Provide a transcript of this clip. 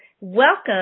Welcome